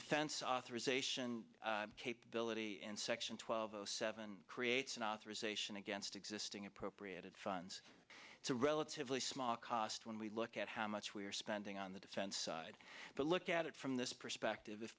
defense authorization capability and section twelve zero seven creates an authorization against existing appropriated funds it's a relatively small cost when we look at how much we're spending on the defense side but look at it from this perspective